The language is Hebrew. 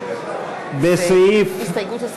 על הסתייגות מס'